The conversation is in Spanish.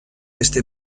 este